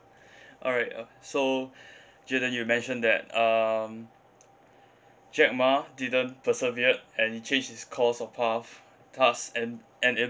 alright oh so jayden you mentioned that um jack ma didn't persevered and he changed his course of path thus en~ en~